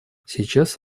сейчас